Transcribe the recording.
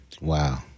Wow